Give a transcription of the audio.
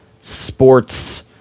sports